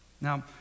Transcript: Now